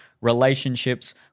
relationships